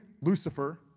Lucifer